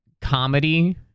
Comedy